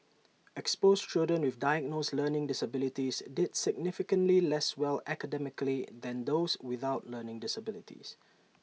exposed children with diagnosed learning disabilities did significantly less well academically than those without learning disabilities